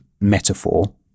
metaphor